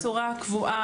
בצורה קבועה.